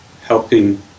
helping